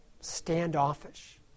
standoffish